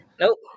Nope